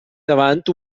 davant